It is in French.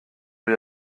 lui